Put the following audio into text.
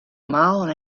mile